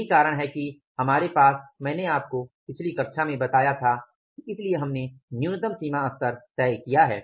यही कारण है कि हमारे पास है मैंने आपको पिछली कक्षा में बताया था कि इसलिए हमने न्यूनतम सीमा स्तर तय किया है